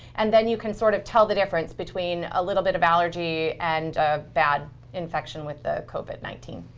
and then you can sort of tell the difference between a little bit of allergy and a bad infection with the covid nineteen.